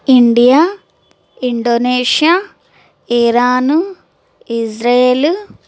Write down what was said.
India Indonesia Iran Israel